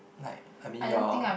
like I mean your